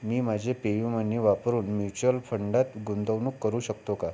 मी माझे पेयूमनी वापरून म्युच्युअल फंडात गुंतवणूक करू शकतो का